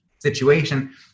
situation